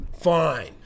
fine